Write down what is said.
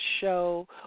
show